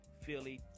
Philly